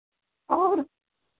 और